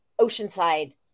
Oceanside